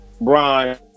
Brian